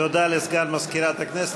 תודה לסגן מזכירת הכנסת.